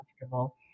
comfortable